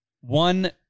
One